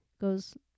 goes